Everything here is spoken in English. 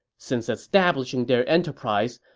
since establishing their enterprise,